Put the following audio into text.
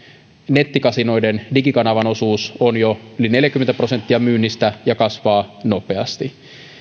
nettikasinoiden digikanavan osuus on jo yli neljäkymmentä prosenttia myynnistä ja kasvaa nopeasti